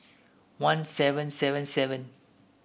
one seven seven seven